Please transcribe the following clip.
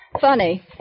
Funny